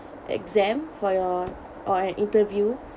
exam for your or an interview